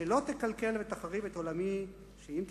שלא תקלקל ותחריב את עולמי, שאם קלקלת,